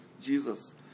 Jesus